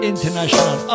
International